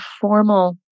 formal